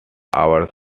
hours